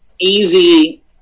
easy